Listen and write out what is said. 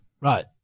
right